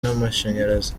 n’amashanyarazi